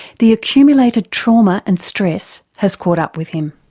the accumulated trauma and stress has caught up with him.